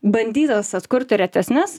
bandytas atkurti retesnes